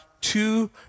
two